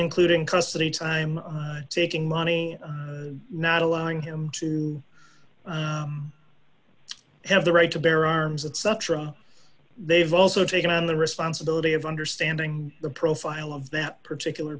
including custody time taking money not allowing him to have the right to bear arms etc they've also taken on the responsibility of understanding the profile of that particular